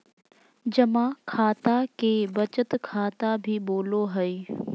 जमा खाता के बचत खाता भी बोलो हइ